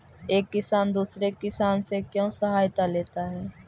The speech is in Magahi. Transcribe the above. एक किसान दूसरे किसान से क्यों सहायता लेता है?